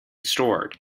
stored